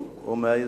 הוא מהיוזמים.